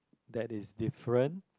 that is different